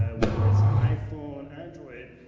ah whether it's an iphone, android,